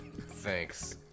Thanks